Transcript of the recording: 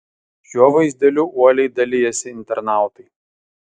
šiuo vaizdeliu uoliai dalijasi internautai